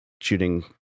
shooting